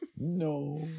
No